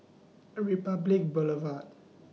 Republic Boulevard